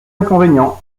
inconvénient